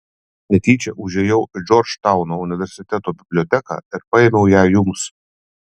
netyčia užėjau į džordžtauno universiteto biblioteką ir paėmiau ją jums